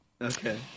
Okay